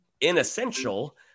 inessential